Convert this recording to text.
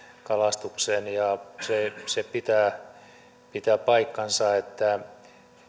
kalastukseen se se pitää paikkansa että